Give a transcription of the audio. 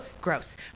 gross